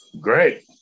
Great